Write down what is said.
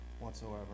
whatsoever